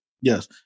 Yes